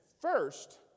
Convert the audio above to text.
first